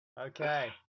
Okay